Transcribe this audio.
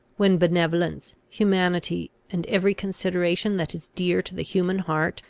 when benevolence, humanity, and every consideration that is dear to the human heart,